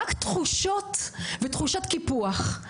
רק תחושות ותחושת קיפוח.